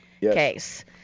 case